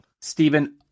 Stephen